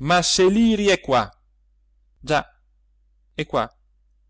ma se liri è qua già è qua